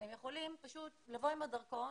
הם יכולים פשוט לבוא עם הדרכון